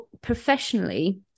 professionally